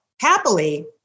happily